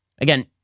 Again